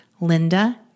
Linda